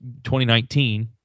2019